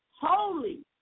holy